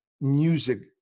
music